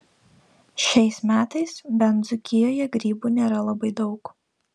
šiais metais bent dzūkijoje grybų nėra labai daug